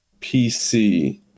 PC